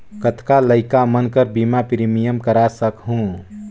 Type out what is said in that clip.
कतना लइका मन कर बीमा प्रीमियम करा सकहुं?